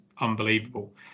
unbelievable